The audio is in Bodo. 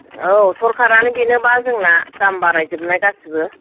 औ सरखारानो बेनो बा जोंना दाम बारायजोबनाय गासैबो